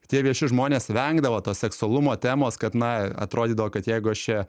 tie vieši žmonės vengdavo to seksualumo temos kad na atrodydavo kad jeigu aš čia